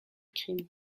crime